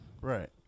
Right